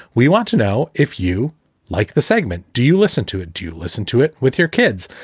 we want to know if you like the segment. do you listen to it? do you listen to it with your kids?